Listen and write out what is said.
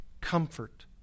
comfort